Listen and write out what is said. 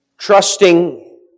Trusting